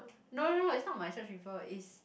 no no no is not my church people is